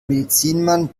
medizinmann